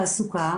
תודה רבה,